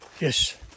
Yes